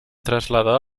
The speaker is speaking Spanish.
trasladó